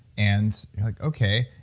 and you're like, okay,